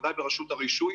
בוודאי ברשות הרישוי,